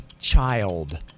child